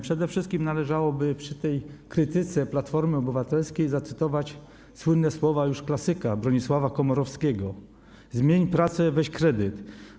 Przede wszystkim należałoby przy tej krytyce Platformy Obywatelskiej zacytować słynne słowa już klasyka Bronisława Komorowskiego: Zmień pracę, weź kredyt.